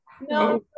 No